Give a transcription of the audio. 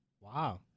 Wow